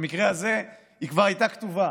במקרה הזה היא כבר הייתה כתובה,